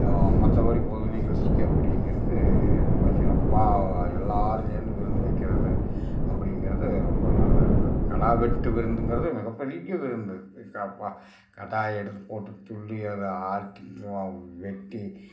மற்றபடி பொது நிகழ்ச்சிக்கு அப்படிங்கிறது ரொம்ப சிறப்பாக எல்லாேரும் சேர்ந்து விருந்து வைக்கிறது அப்படிங்கிறது ரொம்ப நல்லாயிருக்கும் கிடா வெட்டு விருந்துங்கிறது மிகப்பெரிய விருந்து கிடாய எடுத்துப் போட்டு துள்ளி அதை அறுத்து வெட்டி